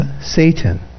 Satan